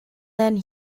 then